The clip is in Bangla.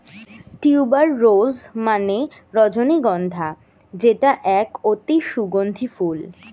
টিউবার রোজ মানে রজনীগন্ধা যেটা এক অতি সুগন্ধি ফুল